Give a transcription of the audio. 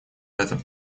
этом